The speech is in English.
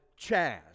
Chaz